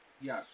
Yes